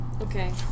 Okay